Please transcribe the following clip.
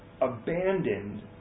abandoned